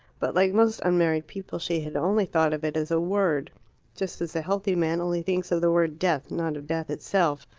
but, like most unmarried people, she had only thought of it as a word just as the healthy man only thinks of the word death, not of death itself.